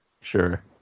Sure